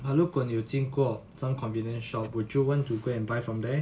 but 如果你有经过 some convenience shop would you want to go and buy from there